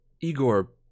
Igor